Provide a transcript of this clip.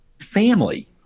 family